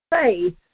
faith